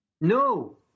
No